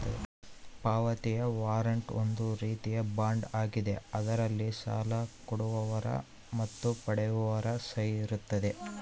ಪಾವತಿಯ ವಾರಂಟ್ ಒಂದು ರೀತಿಯ ಬಾಂಡ್ ಆಗಿದ್ದು ಅದರಲ್ಲಿ ಸಾಲ ಕೊಡುವವರ ಮತ್ತು ಪಡೆಯುವವರ ಸಹಿ ಇರುತ್ತದೆ